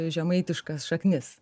žemaitiškas šaknis